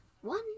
One